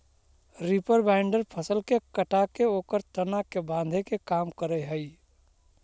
reaper binder फसल के काटके ओकर तना के बाँधे के काम करऽ हई